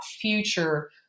future